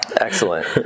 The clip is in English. Excellent